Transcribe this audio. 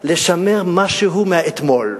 לשמר משהו מהאתמול.